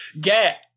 get